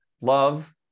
love